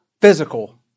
physical